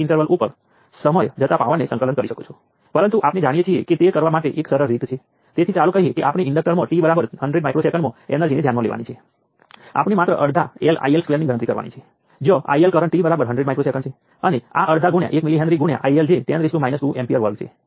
છેલ્લે અમારી પાસે અમારા સર્કિટમાં એલિમેન્ટ્સના વિશિષ્ટ ગુણધર્મો છે અને અમારી પાસે દરેક એલિમેન્ટ માટે V I સંબંધો છે